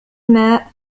ماء